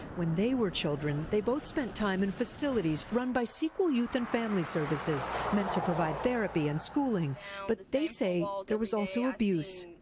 when they were children they both spent time in facilities run by sequel youth and family services meant to provide therapy and schooling but they say there was also abuse.